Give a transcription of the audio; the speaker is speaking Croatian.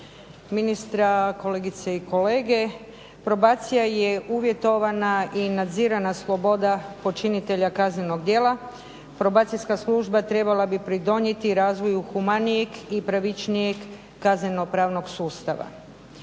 ministra, kolegice i kolege. Probacija je uvjetovana i nadzirana sloboda počinitelja kaznenog djela. Probacijska služba trebala bi pridonijeti razvoju humanijeg i pravičnijeg kazneno-pravnog sustava.